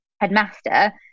headmaster